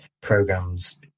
programs